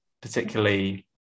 particularly